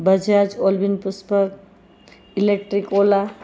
બજાજ ઓલવિન પુષ્પક ઇલેક્ટ્રિક ઓલા